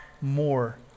more